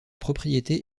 propriété